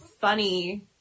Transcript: funny